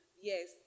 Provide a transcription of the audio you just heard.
yes